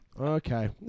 Okay